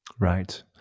Right